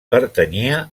pertanyia